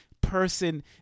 person